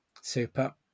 Super